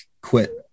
quit